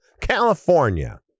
California